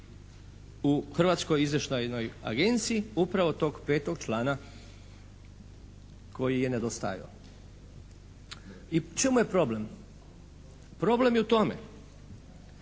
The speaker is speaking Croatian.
u Hrvatskoj izvještajnoj agenciji upravo tog petog člana koji je nedostajao. I u čemu je problem? Problem je u tome